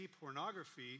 pornography